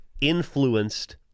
influenced